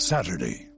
Saturday